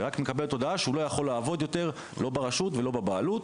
רק מקבלת הודעה שהוא לא יכול לעבוד יותר לא ברשות ולא בבעלות.